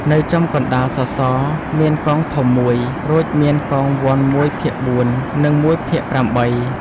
នៅចំកណ្ដាលសសរមានកងធំមួយ រួចមានកងវណ្ឌមួយភាគបួន និងមួយភាគប្រាំបី។